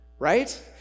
right